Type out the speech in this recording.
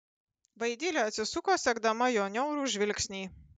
vaidilė atsisuko sekdama jo niaurų žvilgsnį